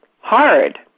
hard